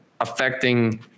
affecting